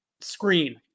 screen